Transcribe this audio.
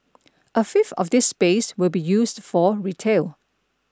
a fifth of this space will be used for retail